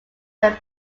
that